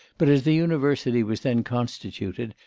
but, as the university was then constituted,